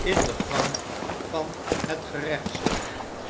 in de gang van het gerechtshof